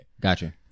gotcha